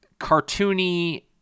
cartoony